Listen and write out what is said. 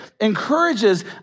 encourages